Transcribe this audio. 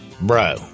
Bro